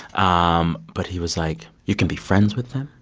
um but he was like, you can be friends with them,